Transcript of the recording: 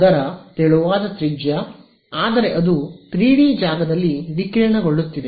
ಅದರ ತೆಳುವಾದ ತ್ರಿಜ್ಯ ಆದರೆ ಅದು 3D ಜಾಗದಲ್ಲಿ ವಿಕಿರಣಗೊಳ್ಳುತ್ತಿದೆ